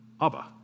Abba